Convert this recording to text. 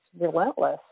relentless